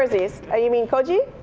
brewer's yeast. ah you mean koji?